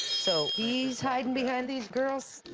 so he's hiding behind these girls.